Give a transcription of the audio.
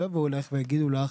לא יבואו אלייך ויגידו לך: